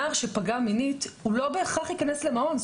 נער שפגע מינית הוא לא בהכרח ייכנס למעון.